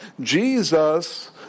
Jesus